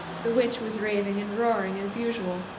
the witch was raving and roaring as usual,